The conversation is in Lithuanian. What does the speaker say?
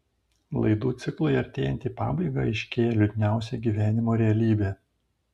laidų ciklui artėjant į pabaigą aiškėja liūdniausia gyvenimo realybė